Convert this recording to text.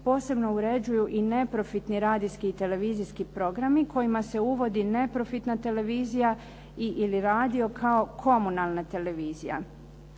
posebno uređuju i neprofitni radijski i televizijski programi kojima se uvodi neprofitna televizija ili radio kao komunalna televizija.